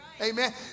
Amen